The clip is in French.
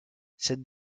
cette